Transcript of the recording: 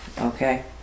Okay